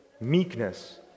meekness